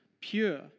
pure